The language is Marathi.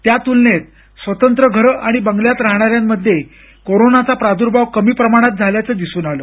त्यातूलनेत स्वतंत्र घरं आणि बंगल्यात राहणाऱ्यांमध्ये कोरोनाचा प्रादूर्भाव कमी प्रमाणात झाल्याचंही दिसून आलं